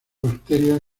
bacterias